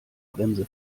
bremse